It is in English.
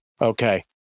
okay